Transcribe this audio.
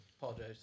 Apologize